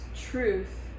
truth